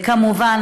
וכמובן,